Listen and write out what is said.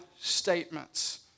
statements